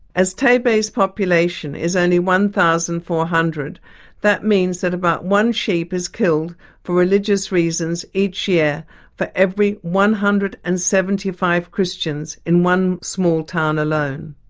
as taybeh's population is only one thousand four hundred that means that about one sheep is killed for religious reasons each year for every one hundred and seventy five christians in one small town alone.